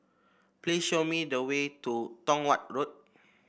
please show me the way to Tong Watt Road